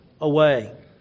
Away